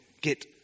get